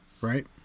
right